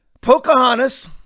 Pocahontas